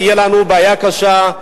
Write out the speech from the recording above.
תהיה לנו בעיה קשה.